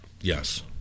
Yes